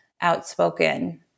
outspoken